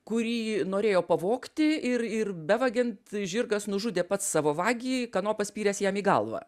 kurį norėjo pavogti ir ir bevagiant žirgas nužudė pats savo vagį kanopa spyręs jam į galvą